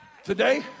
Today